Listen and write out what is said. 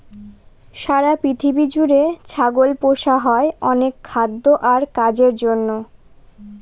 সারা পৃথিবী জুড়ে ছাগল পোষা হয় অনেক খাদ্য আর কাজের জন্য